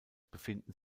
befinden